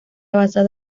basado